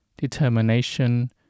determination